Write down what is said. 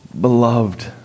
beloved